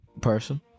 person